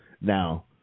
Now